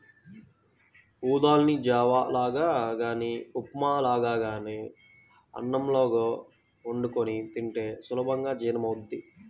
ఊదల్ని జావ లాగా గానీ ఉప్మా లాగానో అన్నంలాగో వండుకొని తింటే సులభంగా జీర్ణమవ్వుద్ది